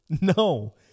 No